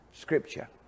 scripture